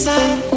inside